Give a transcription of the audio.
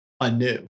anew